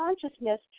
consciousness